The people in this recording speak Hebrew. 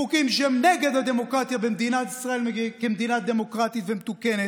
חוקים שהם נגד הדמוקרטיה במדינת ישראל כמדינה דמוקרטית ומתוקנת,